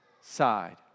side